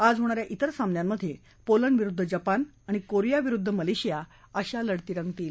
आज होणा या तिर सामन्यांमधे पोलंड विरुद्ध जपान आणि कोरिया विरुद्ध मलेशिया अशा लढती रंगतील